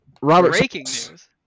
Robert